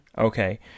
okay